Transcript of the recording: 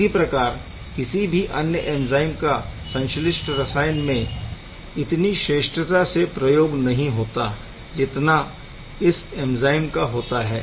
इसी प्रकार किसी भी अन्य ऐंज़ाइम का संश्लिष्ट रसायन में इतनी श्रेष्ठता से प्रयोग नहीं होता जितना इस ऐंज़ाइम का होता है